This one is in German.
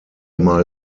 mal